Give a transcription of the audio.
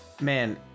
man